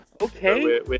Okay